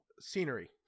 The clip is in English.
Scenery